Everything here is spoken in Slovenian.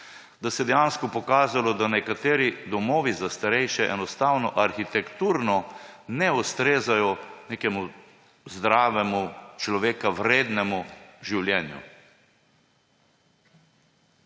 da se je dejansko pokazalo, da nekateri domovi za starejše enostavno arhitekturno ne ustrezajo nekemu zdravemu, človeka vrednemu življenju.